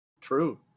True